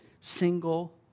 single